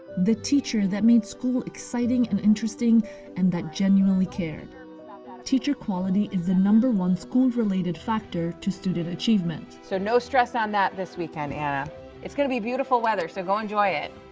the teacher that made school exciting and interesting and that genuinely cared teacher quality is the number one school related factor to student achievement. so no stress on that this weekend, anna it's going to be beautiful weather. so go enjoy it.